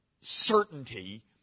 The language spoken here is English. certainty